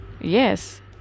yes